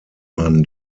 man